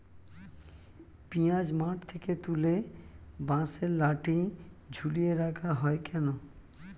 পিঁয়াজ মাঠ থেকে তুলে বাঁশের লাঠি ঝুলিয়ে রাখা হয় কেন?